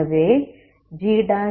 ஆகவே gp